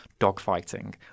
dogfighting